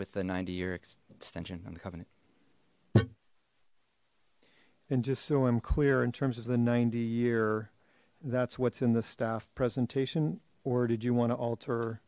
with the ninety year extension on the covenant and just so i'm clear in terms of the ninety year that's what's in the staff presentation or did you want to alter